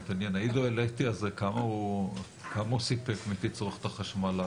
כמה הוא סיפק מתצרוכת החשמל אז?